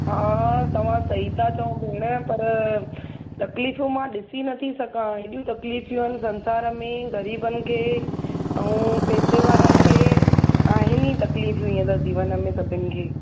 हा तव्हां सही था चओ भेण पर तक़लीफ़ियूं मां ॾिसी नथी सघां हेॾियूं तक़लीफ़ियूं आहिनि संसार में ग़रीबनि खे ऐं पैसे वारनि खे आहिनि ई तक़लीफ़ियूं हींअर जीवन में सभिनि खे